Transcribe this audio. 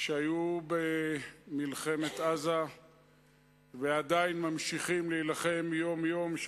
שהיו במלחמת עזה ועדיין ממשיכים להילחם יום-יום,